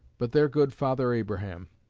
but their good father abraham,